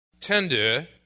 tender